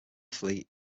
fleet